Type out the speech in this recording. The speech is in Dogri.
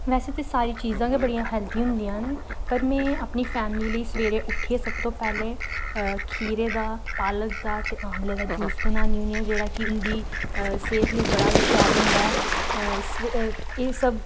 वैसे ते सारी चीजां गै बड़ियां हैल्दी होंदियां न पर में अपनी फैमली लेई सवेरे उट्ठियै सब तों पैह्ले खीरे दा पालक दा ते आंवले दा जूस बनानी होन्नी आं जेह्ड़ा कि उं'दी सेह्त लेई बड़ा गै शैल होंदा ऐ अ एह् सब्ब